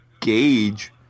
gauge –